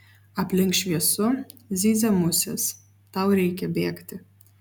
aplink šviesu zyzia musės tau reikia bėgti